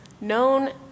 known